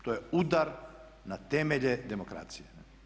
To je udar na temelje demokracije.